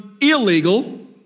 illegal